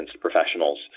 professionals